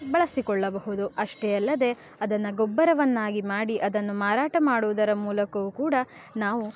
ಬಳಸಿಕೊಳ್ಳಬಹುದು ಅಷ್ಟೇ ಅಲ್ಲದೆ ಅದನ್ನು ಗೊಬ್ಬರವನ್ನಾಗಿ ಮಾಡಿ ಅದನ್ನು ಮಾರಾಟ ಮಾಡುವುದರ ಮೂಲಕವೂ ಕೂಡ ನಾವು